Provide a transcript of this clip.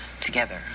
together